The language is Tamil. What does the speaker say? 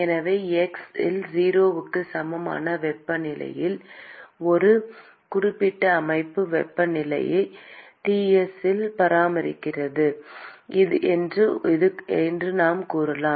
எனவே x இல் 0 க்கு சமமான வெப்பநிலை ஒரு குறிப்பிட்ட அமைப்பு வெப்பநிலை Ts இல் பராமரிக்கப்படுகிறது என்று நாம் கூறலாம்